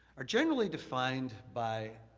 are generally defined by